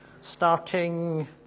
starting